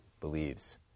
believes